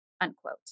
unquote